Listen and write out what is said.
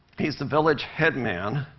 he's the village head man.